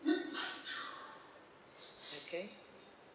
okay